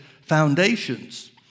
foundations